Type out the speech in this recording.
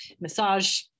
massage